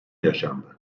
yaşandı